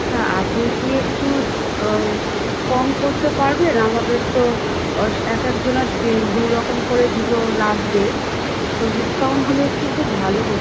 তা আপনি কি একটু কম করতে পারবেন আমাদের তো এক একজনার দুরকম করে জুতো লাগবে তো ডিসকাউন্ট হলে একটু খুব ভালো হতো